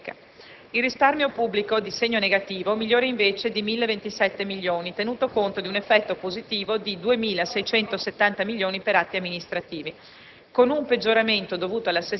quindi del 29 per cento circa. Il risparmio pubblico, di segno negativo, migliora invece di 1.027 milioni (tenuto conto di un effetto positivo di 2.670 milioni per atti amministrativi),